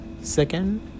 second